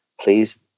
Please